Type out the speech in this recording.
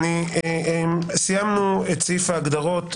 סיימנו את סעיף ההגדרות.